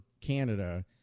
Canada